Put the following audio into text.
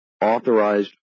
authorized